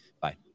bye